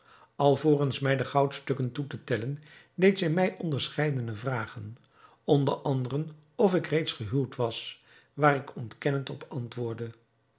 alvorens mij de goudstukken toe te tellen deed zij mij onderscheidene vragen onder anderen of ik reeds gehuwd was waar ik ontkennend op antwoordde